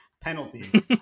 Penalty